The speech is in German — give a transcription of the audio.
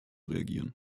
reagieren